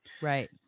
Right